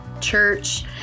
church